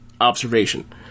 observation